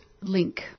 link